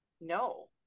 no